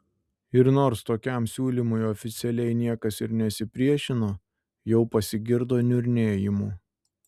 ir nors tokiam siūlymui oficialiai niekas ir nesipriešino jau pasigirdo niurnėjimų